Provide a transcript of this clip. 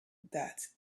that